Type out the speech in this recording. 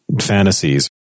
fantasies